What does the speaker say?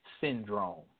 Syndrome